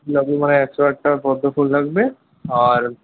কী লাগবে মানে একশো আটটা পদ্মফুল লাগবে আর